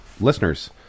listeners